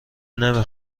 نمی